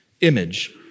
image